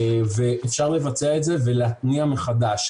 ואפשר לבצע את זה ולהתניע מחדש.